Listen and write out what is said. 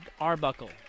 Arbuckle